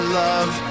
love